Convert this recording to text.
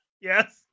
yes